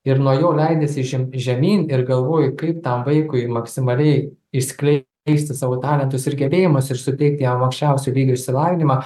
ir nuo jo leidiesi žem žemyn ir galvoju kaip tam vaikui maksimaliai išskleisti savo talentus ir gebėjimus ir suteikti jam aukščiausio lygio išsilavinimą